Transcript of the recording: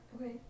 Okay